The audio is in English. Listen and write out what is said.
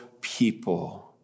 people